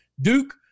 Duke